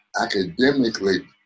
academically